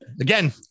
again